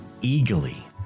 eagerly